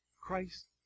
Christ